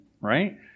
Right